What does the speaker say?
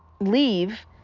leave